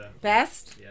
Best